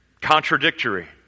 contradictory